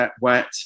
wet